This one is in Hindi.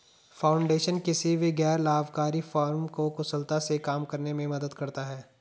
फाउंडेशन किसी भी गैर लाभकारी फर्म को कुशलता से काम करने में मदद करता हैं